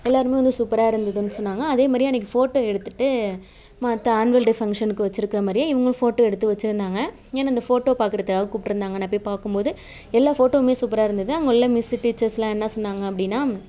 எல்லாேருமே வந்து சூப்பராக இருந்ததுன்னு சொன்னாங்க அதே மாரி அன்னைக்கு ஃபோட்டோ எடுத்துவிட்டு மற்ற ஆன்வல் டே ஃபங்ஷனுக்கு வச்சுருக்கிற மாதிரியே இவர்களும் ஃபோட்டோ எடுத்து வச்சுருந்தாங்க என்னை அந்த ஃபோட்டோ பார்க்குறதுக்காக கூப்பிட்ருந்தாங்க நான் போய் பார்க்கும் போது எல்லா ஃபோட்டோவுமே சூப்பராக இருந்தது அங்கே உள்ள மிஸ்ஸு டீச்சர்ஸ்செலாம் என்ன சொன்னாங்க அப்படின்னா